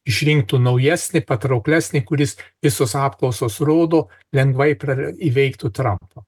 išrinktų naujesnį patrauklesnį kuris visos apklausos rodo lengvai įveiktų trampą